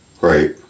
right